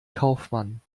kaufmann